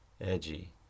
edgy